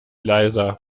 leiser